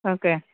okay